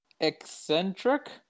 eccentric